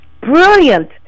brilliant